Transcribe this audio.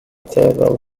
table